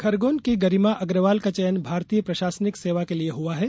खरगोन की गरिमा अग्रवाल का चयन भारतीय प्रशासनिक सेवा के लिए हआ है